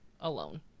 alone